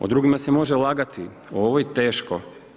O drugima se može lagati, o ovoj teško.